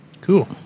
Cool